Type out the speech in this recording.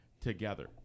together